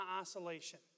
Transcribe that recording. isolation